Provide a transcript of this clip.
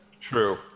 True